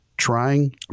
trying